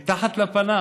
מתחת לפנס,